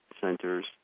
centers